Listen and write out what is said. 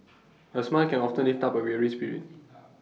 A smile can often lift up A weary spirit